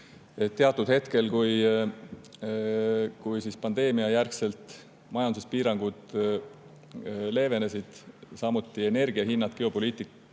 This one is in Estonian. teatud hetkel, kui pandeemiajärgselt majanduspiirangud leevenesid ja energia hinnad geopoliitikast